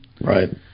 Right